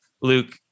Luke